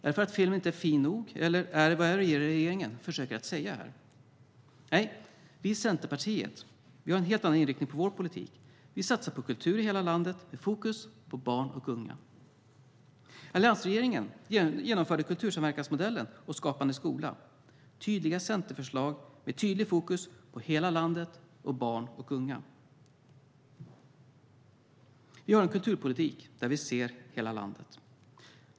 Är filmen inte fin nog? Eller vad är det regeringen försöker säga? Nej, vi i Centerpartiet har en helt annan inriktning på vår politik. Vi satsar på kultur i hela landet med fokus på barn och unga. Alliansregeringen genomförde kultursamverkansmodellen och Skapande skola. Det var tydliga centerförslag med tydligt fokus på hela landet och barn och unga. Vi har en kulturpolitik där vi ser hela landet.